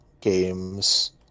games